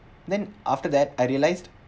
then after that I realised